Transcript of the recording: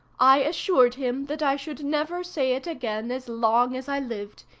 i assured him that i should never say it again as long as i lived.